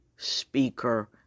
Speaker